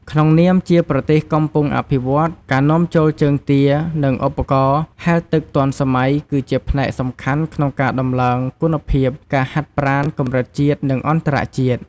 ក្នុងនាមជាប្រទេសកំពុងអភិវឌ្ឍ ការនាំចូលជើងទា និងឧបករណ៍ហែលទឹកទាន់សម័យគឺជាផ្នែកសំខាន់ក្នុងការដំឡើងគុណភាពការហាត់ប្រាណកម្រិតជាតិ និងអន្តរជាតិ។